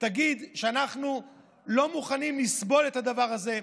תגיד שאנחנו לא מוכנים לסבול את הדבר הזה,